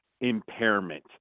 impairment